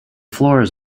floors